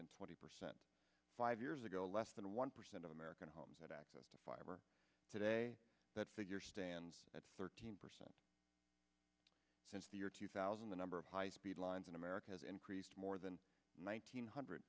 twenty percent five years ago less than one percent of american homes had access to fire today that figure stands at thirteen percent since the year two thousand the number of high speed lines in america has increased more than nine hundred